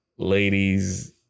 Ladies